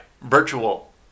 virtual